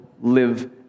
live